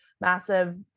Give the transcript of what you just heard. massive